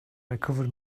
recovered